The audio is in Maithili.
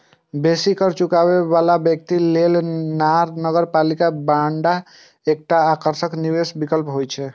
बेसी कर चुकाबै बला व्यक्ति लेल नगरपालिका बांड एकटा आकर्षक निवेश विकल्प होइ छै